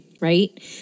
right